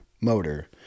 motor